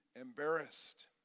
embarrassed